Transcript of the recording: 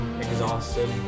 Exhausted